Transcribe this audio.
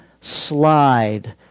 slide